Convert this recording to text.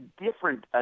different